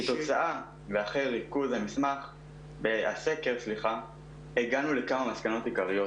כתוצאה ואחרי ריכוז הסקר הגענו לכמה מסקנות עיקריות.